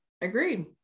Agreed